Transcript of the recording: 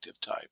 type